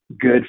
good